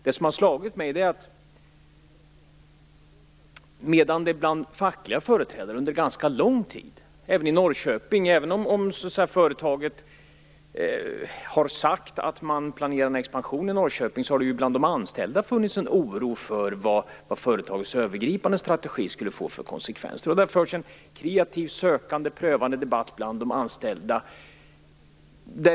Det har slagit mig att det bland de anställda har funnits en oro för vad företagets övergripande strategi skulle få för konsekvenser, även om företaget har sagt att man planerar en expansion i Norrköping. Det har förts en kreativ, sökande och prövande debatt bland de anställda.